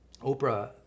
Oprah